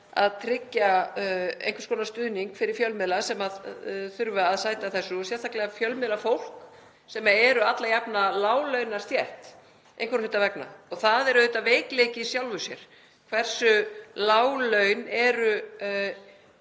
tryggja eigi einhvers konar stuðning fyrir fjölmiðla sem þurfa að sæta þessu og sérstaklega fjölmiðlafólk, sem er alla jafna láglaunastétt einhverra hluta vegna. Það er auðvitað veikleiki í sjálfu sér hversu lág laun eru